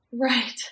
Right